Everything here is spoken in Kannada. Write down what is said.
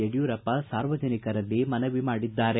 ಯಡಿಯೂರಪ್ಪ ಸಾರ್ವಜನಿಕರಲ್ಲಿ ಮನವಿ ಮಾಡಿದ್ದಾರೆ